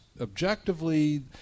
objectively